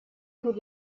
could